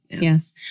Yes